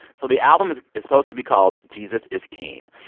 so the album is is supposed to be called jesus is king.